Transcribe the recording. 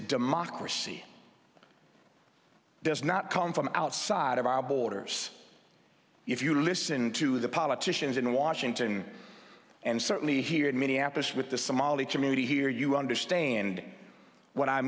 democracy does not come from outside of our borders if you listen to the politicians in washington and certainly here in minneapolis with the somali community here you understand what i